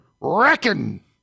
reckon